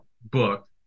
book